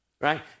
Right